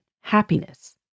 happiness